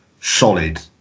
solid